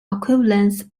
equivalence